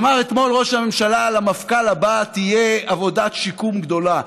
אמר אתמול ראש הממשלה שלמפכ"ל הבא תהיה עבודת שיקום גדולה,